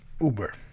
Uber